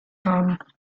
haben